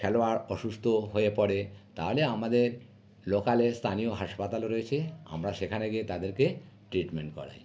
খেলোয়াড় অসুস্থ হয়ে পড়ে তালে আমাদের লোকালের স্থানীয় হাসপাতালও রয়েছে আমরা সেখানে গিয়ে তাদেরকে ট্রিটমেন্ট করাই